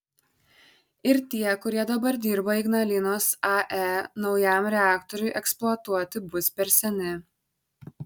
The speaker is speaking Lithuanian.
ir tie kurie dabar dirba ignalinos ae naujam reaktoriui eksploatuoti bus per seni